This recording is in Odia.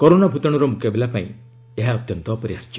କରୋନା ଭୂତାଣୁର ମୁକାବିଲା ପାଇଁ ଏହା ଅତ୍ୟନ୍ତ ଅପରିହାର୍ଯ୍ୟ